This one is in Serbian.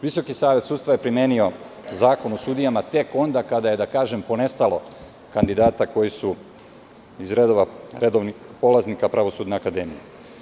Visoki savet sudstva je primenio Zakon o sudijama tek onda kada je, da kažem, ponestalo kandidata koji su iz redova redovnih polaznika Pravosudne akademije.